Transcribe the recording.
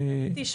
העתידיות.